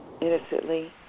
innocently